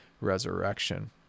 resurrection